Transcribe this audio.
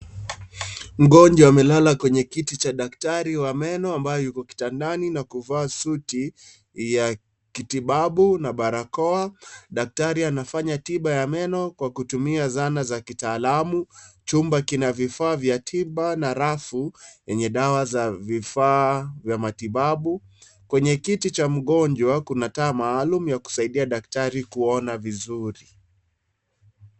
Mgonjwa amelala kwenye kiti cha daktari wa meno ambaye yuko kitandani na kuvaa suti ya kitibabu na barakoa. Daktari anafanya tiba ya meno kwa kutumia zana za kitaalamu, chumba kina vifaa vya tiba na rafu yenye dawa za vifaa vya matibabu kwenye kiti cha mgonjwa kuna taa maalum ya kusaidia daktari kuona vizuri.